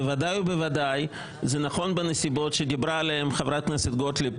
בוודאי ובוודאי זה נכון בנסיבות שדיברה עליהן חברת הכנסת גוטליב,